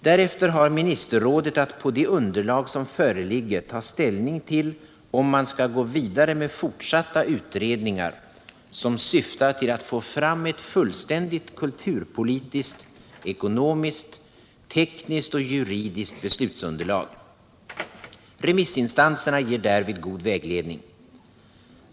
Därefter har ministerrådet att på det underlag som föreligger ta ställning till om man skall gå vidare med fortsatta utredningar, som syftar till att få fram ett fullständigt kulturpolitiskt, ekonomiskt, tekniskt och juridiskt beslutsunderlag. Remissinstanserna ger därvid god vägledning.